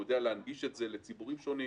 הוא יודע להנגיש את זה לציבורים שונים,